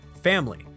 family